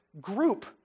group